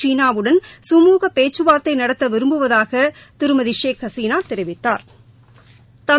சீனாவுடன் கமூக பேச்சுவார்த்தை நடத்த விரும்புவதாக திருமதி ஷேக் ஹசீனா தெரிவித்தாா்